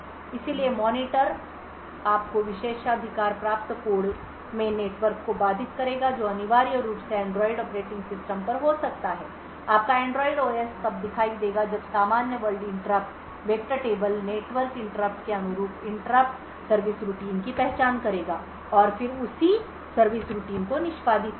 इसलिए मॉनिटर आपके विशेषाधिकार प्राप्त कोड में नेटवर्क को बाधित करेगा जो अनिवार्य रूप से एंड्रॉइड ऑपरेटिंग सिस्टम पर हो सकता है आपका एंड्रॉइड ओएस तब दिखाई देगा जब सामान्य world interrupt vector table network interrupt के अनुरूप इंटरप्ट सर्विस रूटीन की पहचान करेगा और फिर उसी सर्विस दिनचर्या को निष्पादित करेगा